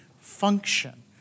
function